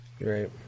Right